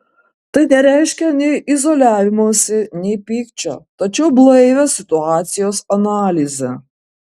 tai nereiškia nei izoliavimosi nei pykčio tačiau blaivią situacijos analizę